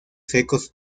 secos